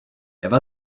eva